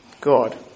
God